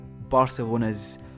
Barcelona's